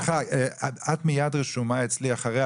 סליחה, את מיד רשומה אצלי אחריה.